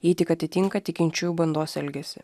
jei tik atitinka tikinčiųjų bandos elgesį